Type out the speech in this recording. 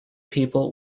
people